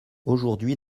aujourd’hui